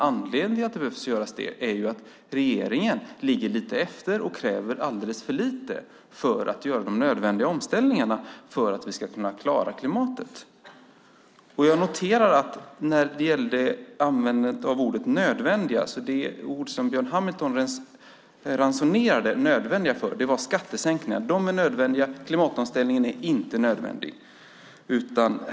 Anledningen till att det behövs är att regeringen ligger lite efter och kräver alldeles för lite när det gäller att göra de nödvändiga omställningarna för att vi ska kunna klara klimatet. Jag noterade att det ord som Björn Hamilton använde om skattesänkningarna var "nödvändighet". De är nödvändiga. Klimatomställningen är inte nödvändig.